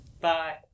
Bye